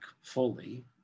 fully